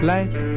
Light